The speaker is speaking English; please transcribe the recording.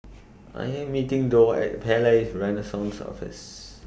I Am meeting Dorr At Palais Renaissance Office